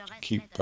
keep